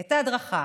את ההדרכה